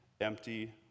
empty